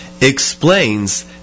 explains